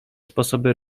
sposoby